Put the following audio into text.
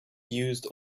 used